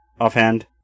offhand